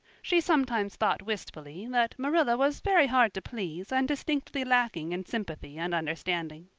she sometimes thought wistfully that marilla was very hard to please and distinctly lacking in sympathy and understanding.